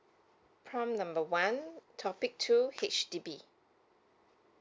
prompt number one topic two H_D_B